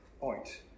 point